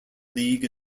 league